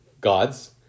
God's